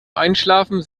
einschlafen